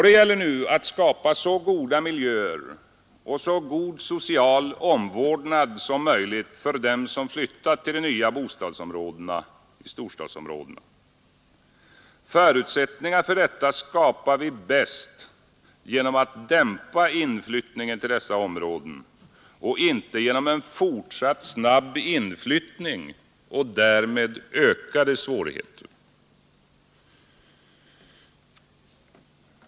Det gäller nu att skapa så goda miljöer och så god social omvårdnad som möjligt för dem som flyttat till de nya bostadsområdena i storstadsregionerna. Förutsättningar för detta skapar vi bäst genom att dämpa inflyttningen till dessa områden och inte genom en fortsatt snabb inflyttning och därmed ökade svårigheter.